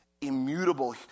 immutable